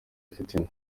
fitina